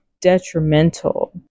detrimental